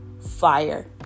fire